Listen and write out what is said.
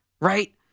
right